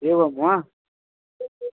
एवं वा